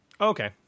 Okay